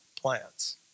plans